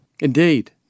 Indeed